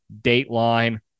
Dateline